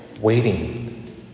waiting